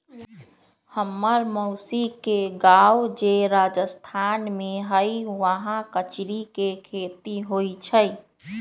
हम्मर मउसी के गाव जे राजस्थान में हई उहाँ कचरी के खेती होई छई